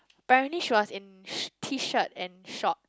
apparently she was in t-shirt and short